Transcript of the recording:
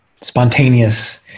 Spontaneous